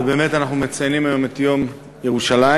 אנחנו מציינים היום את יום ירושלים,